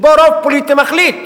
שבו רוב פוליטי מחליט.